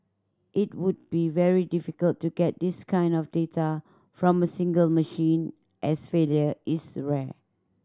it would be very difficult to get this kind of data from a single machine as failure is rare